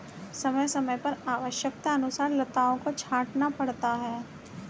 समय समय पर आवश्यकतानुसार लताओं को छांटना पड़ता है